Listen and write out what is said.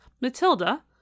Matilda